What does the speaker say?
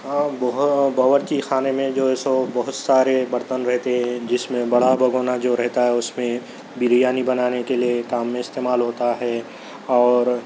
او بہو او باورچی خانے میں جو ہے سو بہت سارے برتن رہتے ہیں جس میں بڑا بھگونا جو رہتا ہے اُس میں بریانی بنانے کے لیے کام میں استعمال ہوتا ہے اور